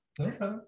Okay